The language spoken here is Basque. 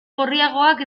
gorriagoak